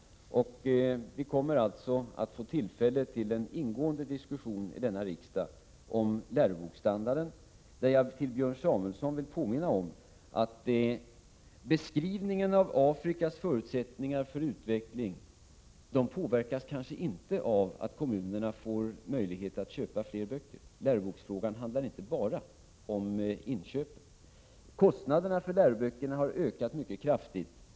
Vi kommer alltså att få tillfälle till en ingående diskussion i denna riksdag om läroboksstandarden. Jag vill i detta sammanhang påminna Björn Samuelson om att beskrivningen av Afrikas förutsättningar för utveckling kanske inte påverkas av att kommunerna får möjlighet att köpa fler böcker. Läroboksfrågan handlar inte bara om inköpen. Kostnaderna för läroböcker har ökat mycket kraftigt.